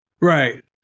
Right